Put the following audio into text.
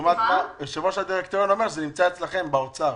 יושב-ראש הדירקטוריון אומר שזה נמצא אצלכם באוצר.